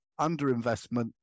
underinvestment